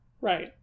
Right